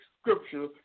scripture